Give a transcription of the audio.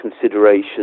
considerations